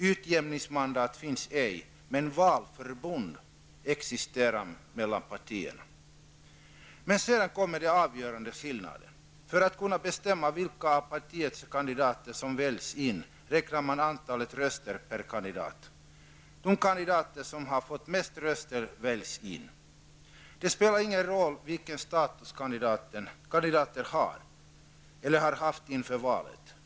Utjämningsmandat finns inte, men valförbund mellan partierna existerar. Men sedan kommer den avgörande skillnaden. För att kunna bestämma vilka av partiets kandidater som valts in, räknar man antalet röster per kandidat. De kandidater som har fått mest röster blir valda. Det spelar ingen roll vilken status kandidaten har eller har haft inför valet.